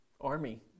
army